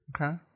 Okay